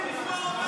כולם שם עומדים.